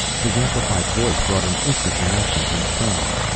his amplified voice brought an instant reaction from the crowd.